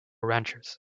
ranchers